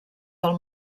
del